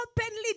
openly